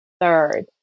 Third